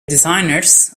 designers